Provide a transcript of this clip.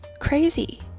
crazy